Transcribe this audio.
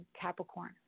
Capricorn